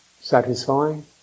satisfying